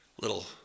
little